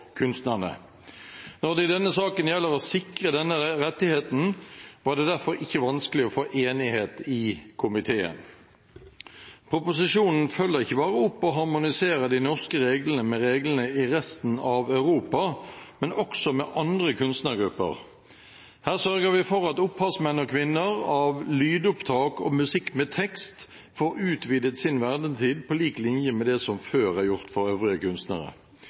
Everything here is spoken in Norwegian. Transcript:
kunstnerne. Når det i denne saken gjaldt å sikre denne rettigheten, var det derfor ikke vanskelig å få enighet i komiteen. Proposisjonen følger ikke bare opp og harmoniserer de norske reglene med reglene i resten av Europa, men også med andre kunstnergrupper. Her sørger vi for at opphavsmenn og -kvinner til lydopptak og musikk med tekst får utvidet sin vernetid på lik linje med det som før er gjort for øvrige